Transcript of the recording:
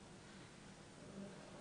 קופת חולים